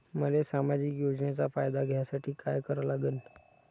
मले सामाजिक योजनेचा फायदा घ्यासाठी काय करा लागन?